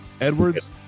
Edwards